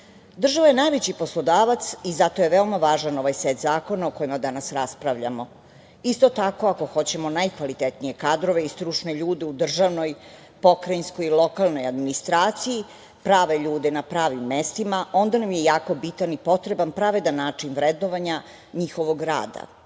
Država je najveći poslodavac i zato je veoma važan ovaj set zakona o kojima danas raspravljamo. Isto tako, ako hoćemo najkvalitetnije kadrove i stručne ljude u državnoj, pokrajinskog i lokalnoj administraciji, prave ljude na pravim mestima, onda nam je jako bitan i potreban pravedan način vrednovanja njihovog